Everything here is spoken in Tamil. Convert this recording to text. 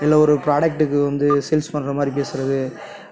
இல்லை ஒரு ப்ராடக்ட்டுக்கு வந்து சேல்ஸ் பண்ணுற மாதிரி பேசுறது